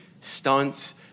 stunts